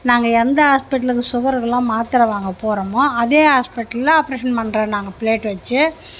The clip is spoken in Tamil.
நாங்கள் எந்த ஹாஸ்பிட்டலுக்கு சுகரு இதலாம் மாத்திர வாங்க போறோம்மோ அதே ஹாஸ்பிட்டல்ல ஆப்ரேஷன் பண்ணுறோம் நாங்கள் ப்ளேட்டு வச்சு